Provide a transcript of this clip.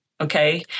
Okay